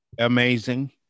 Amazing